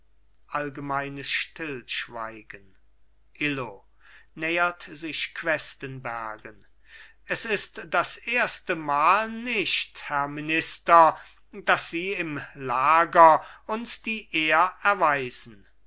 allgemeines stillschweigen illo nähert sich questenbergen es ist das erstemal nicht herr minister daß sie im lager uns die ehr erweisen